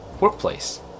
workplace